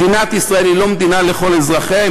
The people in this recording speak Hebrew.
מדינת ישראל היא לא מדינה לכל אזרחיה,